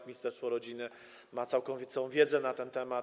Ministerstwo rodziny ma całkowitą wiedzę na ten temat.